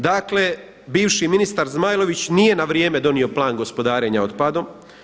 Dakle bivši ministar Zmajlović nije na vrijeme donio Plan gospodarenja otpadom.